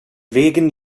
wegen